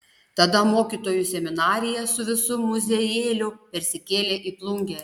tada mokytojų seminarija su visu muziejėliu persikėlė į plungę